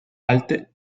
alte